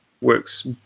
works